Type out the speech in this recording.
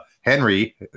Henry